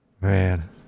Man